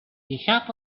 shop